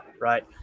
Right